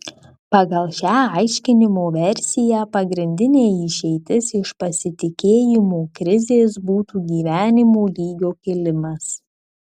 pagal šią aiškinimo versiją pagrindinė išeitis iš pasitikėjimo krizės būtų gyvenimo lygio kilimas